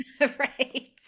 Right